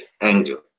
angle